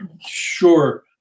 sure